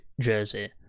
jersey